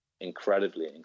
incredibly